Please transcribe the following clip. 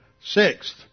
Sixth